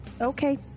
okay